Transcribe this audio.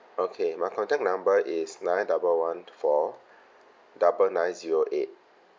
okay my contact number is nine double one four double nine zero eight